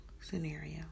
scenario